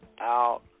out